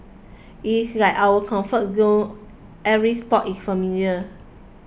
it is like our comfort zone every spot is familiar